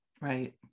right